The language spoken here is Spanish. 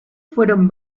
fueron